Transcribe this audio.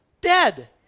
dead